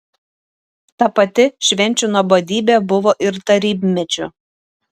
ta pati švenčių nuobodybė buvo ir tarybmečiu